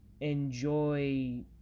enjoy